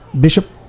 Bishop